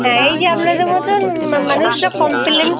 হ্যাঁ এই যে আপনাদের মতন মা মানুষরা কমপ্লেন